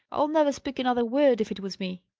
i'll never speak another word, if it was me!